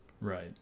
right